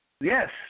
Yes